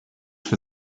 for